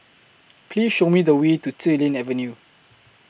Please Show Me The Way to Xilin Avenue